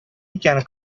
икән